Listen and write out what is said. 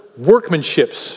workmanships